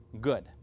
good